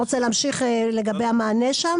להמשיך לגבי המענה?